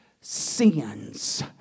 sins